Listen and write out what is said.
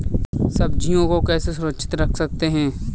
सब्जियों को कैसे सुरक्षित रख सकते हैं?